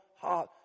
heart